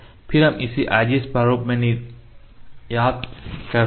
फिर हम इसे IGS प्रारूप में निर्यात करते हैं